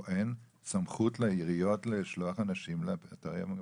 או אין סמכות לעיריות לשלוח אנשים לאתרי הבנייה?